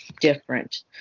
different